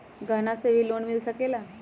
गहना से भी लोने मिल सकेला?